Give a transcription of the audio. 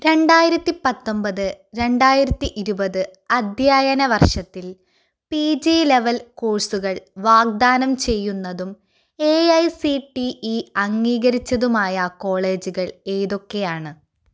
രണ്ടായിരത്തി പത്തൊമ്പത് രണ്ടായിരത്തി ഇരുപത് അധ്യയന വർഷത്തിൽ പി ജി ലെവൽ കോഴ്സുകൾ വാഗ്ദാനം ചെയ്യുന്നതും A I C T E അംഗീകരിച്ചതുമായ കോളേജുകൾ ഏതൊക്കെയാണ്